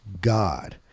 God